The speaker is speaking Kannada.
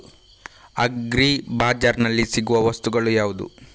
ಅಗ್ರಿ ಬಜಾರ್ನಲ್ಲಿ ಸಿಗುವ ವಸ್ತುಗಳು ಯಾವುವು?